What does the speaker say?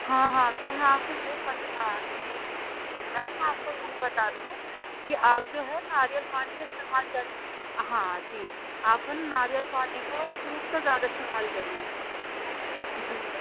ہاں ہاں تو میں آپ کو یہ بت ہاں جی جی جی میں بھی آپ کو یہ بھی بتا رہی ہوں کہ آپ جو ہے ناریل پانی کے استعمال کر ہاں جی آپ ہیں نا ناریل پانی کا یا جوس سے زیادہ استعمال کریے جی